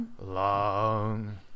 long